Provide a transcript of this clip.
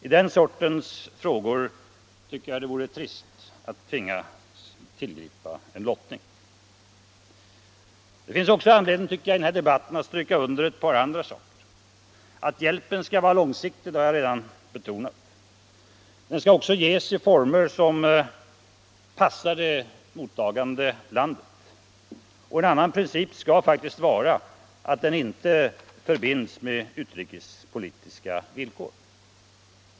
I den sortens frågor tycker jag att det vore trist att tvingas tillgripa lottning. Det finns också anledning att i den här debatten stryka under ett par andra saker. Att hjälpen skall vara långsiktig har jag redan betonat. Den skall också ges i former som passar det mottagande landet. En annan princip är att hjälpen inte skall förbindas med utrikespolitiska villkor.